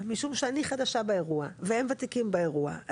משום שאני חדשה באירוע, והם ותיקים באירוע.